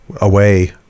away